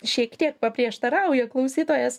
šiek tiek paprieštarauja klausytojas